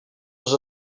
els